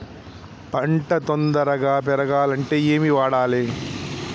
పంట తొందరగా పెరగాలంటే ఏమి వాడాలి?